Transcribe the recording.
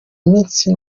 iminsi